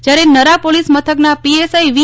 જ્યારે નરા પોલીસ મથકના પીએસઆઈ વી